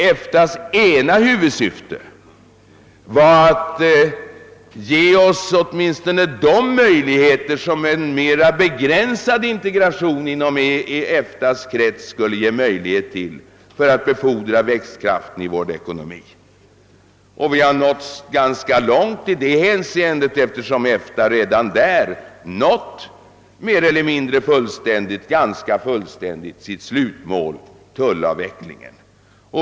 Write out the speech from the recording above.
EFTA:s ena huvudsyfte var att ge oss åtminstone de möjligheter som en mera begränsad «integration inom EFTA:s krets skulle innebära för befordran av tillväxtkraften i vår ekonomi. Vi har nått ganska långt i detta hänseende, eftersom EFTA redan nästan helt uppnått sitt slutmål: tullavvecklingen.